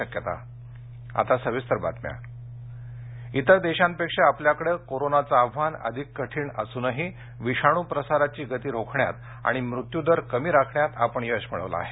शक्यता मन की बात इतर देशांपेक्षा आपल्याकडे कोरोनाचं आव्हान अधिक कठीण असूनही विषाणू प्रसाराची गती रोखण्यात आणि मृत्यूदर कमी राखण्यात आपण यश मिळवलं आहे